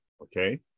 Okay